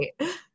right